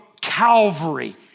Calvary